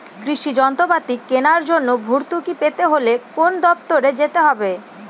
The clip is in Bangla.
কৃষি যন্ত্রপাতি কেনার জন্য ভর্তুকি পেতে হলে কোন দপ্তরে যেতে হবে?